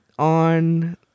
On